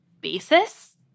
basis